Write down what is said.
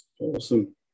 Awesome